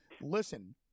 listen